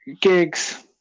gigs